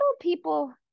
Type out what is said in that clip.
people